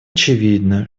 очевидно